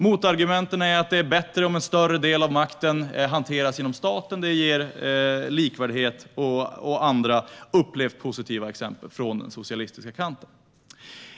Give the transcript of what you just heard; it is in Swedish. Motargumenten är att det är bättre om en större del av makten hanteras inom staten därför att det ger likvärdighet, och andra upplevt positiva exempel från den socialistiska kanten.